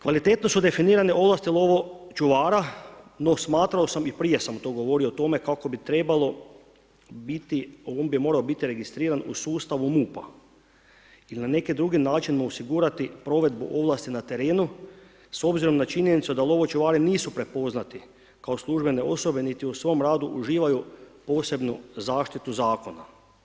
Kvalitetno su definirane ovlasti lovočuvara no smatrao sam i prije sam to govorio o tome kako bi trebalo biti, on bi morao biti registriran u sustavu MUP-a, ili na neki drugi način mu osigurati provedbu ovlasti na terenu s obzirom na činjenicu da lovočuvari nisu prepoznati kao službene osobe niti u svom radu uživaju posebnu zaštitu zakona.